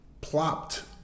plopped